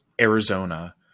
Arizona